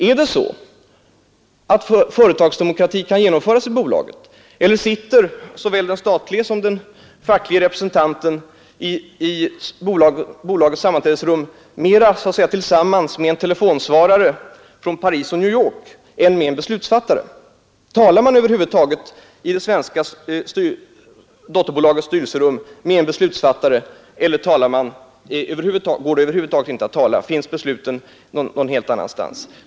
Kan företagsdemokrati genomföras i bolaget eller sitter såväl den statlige som den facklige representanten i bolagets styrelserum mera så att säga tillsammans med en telefonsvarare, vars meddelanden talats in i Paris eller New York, än med en beslutsfattare? Talar man i det svenska dotterbolagets styrelserum med en beslutsfattare eller fattas besluten någon annanstans?